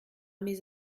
mes